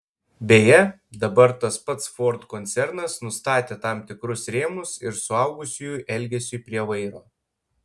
beje dabar tas pats ford koncernas nustatė tam tikrus rėmus ir suaugusiųjų elgesiui prie vairo